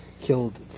killed